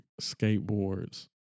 skateboards